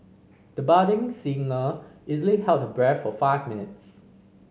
the budding singer easily held her breath for five minutes